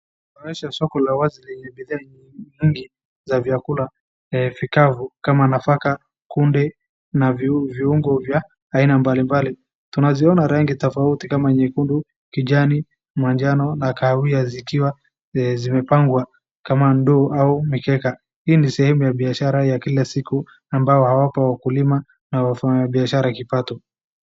Inaonyesha soko la wazi lenye bidhaa nyingi za vyakula vikavu kama nafaka, kunde na viungo vya aina mbalimbali. Tunaziona rangi tofauti kama nyekundu, kijani, manjano na kahawia zikiwa zimepangwa kama dua ama mikeka. Hii ni sehemu ya biashara ya kila siku ambayo wapo wakulima na wafanyibiashara kipato.